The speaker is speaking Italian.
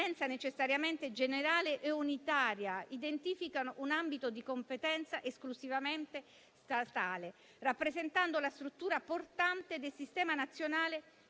necessariamente generale e unitaria identificano un ambito di competenza esclusivamente statale, rappresentando la struttura portante del sistema nazionale